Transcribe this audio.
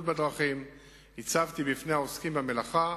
בדרכים הצבתי בפני העוסקים במלאכה